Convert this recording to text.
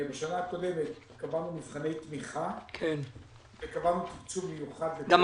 בשנה הקודמת קבענו כבר מבחני תמיכה וקבענו תקצוב מיוחד --- כן.